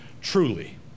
truly